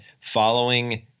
following